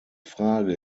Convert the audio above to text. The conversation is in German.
frage